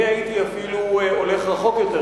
אני אפילו הייתי הולך רחוק יותר,